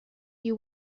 you